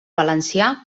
valencià